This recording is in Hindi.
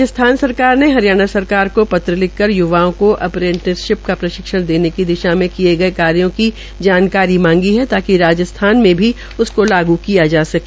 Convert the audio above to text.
राजस्थान सरकार ने हरियाणा सरकार को पत्र लिखकर युवाओं को अप्रैंटिसशिप का प्रशिक्षण देने की दिशा में किये गये कार्यो की जानकारी मांगी है ताकि राजस्थान में भी उसको लागू किया जा सके